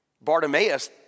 Bartimaeus